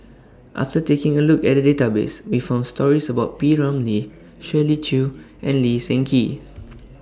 after taking A Look At The Database We found stories about P Ramlee Shirley Chew and Lee Seng Gee